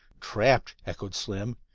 trapped, echoed slim,